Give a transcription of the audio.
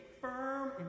firm